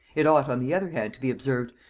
it ought on the other hand to be observed,